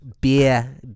beer